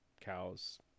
cows